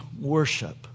worship